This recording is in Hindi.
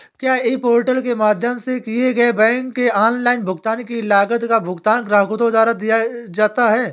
क्या ई पोर्टल के माध्यम से किए गए बैंक के ऑनलाइन भुगतान की लागत का भुगतान ग्राहकों द्वारा किया जाता है?